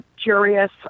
curious